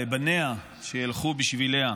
לבניה שילכו בשביליה.